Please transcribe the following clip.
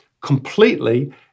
completely